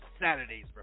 saturday's